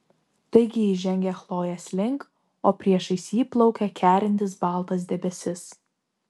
taigi jis žengia chlojės link o priešais jį plaukia kerintis baltas debesis